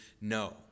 no